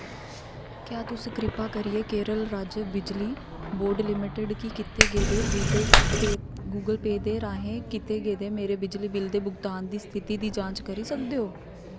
क्या तुस कृपा करियै केरल राज्य बिजली बोर्ड लिमिटेड गी कीते गेदे गूगल पे गूगल पे दे राहें कीते गेदे मेरे बिजली बिल दे भुगतान दी स्थिति दी जांच करी सकदे ओ